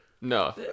No